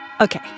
Okay